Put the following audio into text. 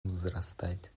возрастать